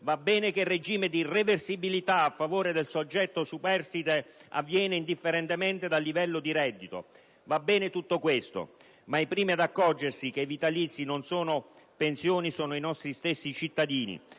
va bene che il regime di reversibilità a favore del soggetto superstite avviene indifferentemente dal livello di reddito; va bene tutto questo, ma i primi ad accorgersi che i vitalizi non sono pensioni sono i nostri stessi cittadini